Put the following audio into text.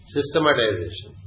Systematization